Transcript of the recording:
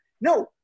No